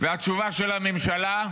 והתשובה של הממשלה,